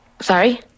Sorry